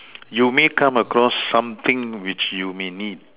you may come across something which you may need